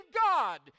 God